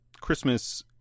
christmas